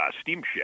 steamship